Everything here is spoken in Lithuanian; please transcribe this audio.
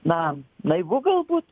na laivu galbūt